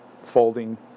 folding